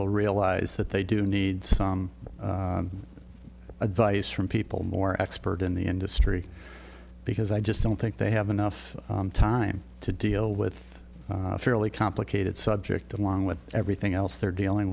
will realize that they do need some advice from people more expert in the industry because i just don't think they have enough time to deal with fairly complicated subject along with everything else they're dealing